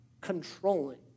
controlling